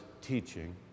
teaching